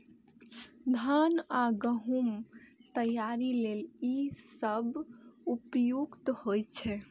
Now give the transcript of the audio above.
धान आ गहूम तैयारी लेल ई सबसं उपयुक्त होइ छै